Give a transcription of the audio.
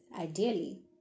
Ideally